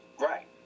Right